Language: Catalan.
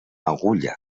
agulla